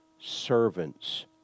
servants